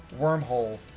wormhole